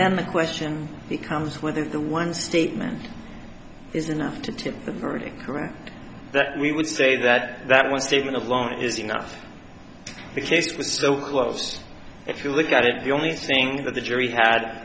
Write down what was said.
then the question becomes whether the one statement is enough to tip the verdict correct that we would say that that one statement alone is enough the case was so close if you look at it the only thing that the jury had